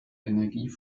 energie